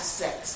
sex